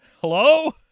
Hello